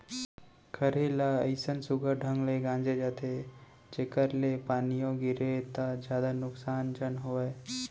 खरही ल अइसन सुग्घर ढंग ले गांजे जाथे जेकर ले पानियो गिरगे त जादा नुकसान झन होवय